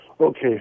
Okay